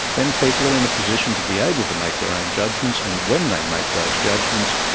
then people are in a position to be able to make their own judgments and when they make those judgments,